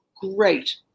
great